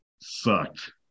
sucked